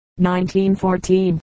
1914